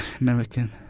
American